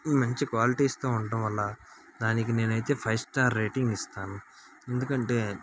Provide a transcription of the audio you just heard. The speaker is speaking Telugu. మంచి క్వాలిటీస్తో ఉండటం వల్ల దానికి నేనైతే ఫైవ్ స్టార్ రేటింగ్ ఇస్తాను ఎందుకంటే